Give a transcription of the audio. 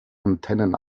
antennen